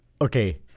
Okay